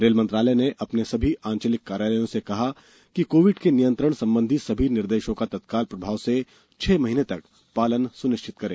rail मंत्रालय ने अपने सभी आंचलिक कार्यालयों से कहा है कि कोविड के नियंत्रण संबंधी सभी निर्देशों का तत्काल प्रभाव से छह महीने तक पालन सुनिश्चित करें